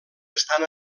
estan